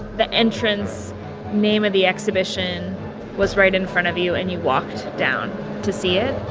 the entrance name of the exhibition was right in front of you and you walked down to see it